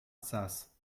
sas